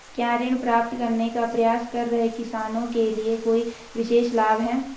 क्या ऋण प्राप्त करने का प्रयास कर रहे किसानों के लिए कोई विशेष लाभ हैं?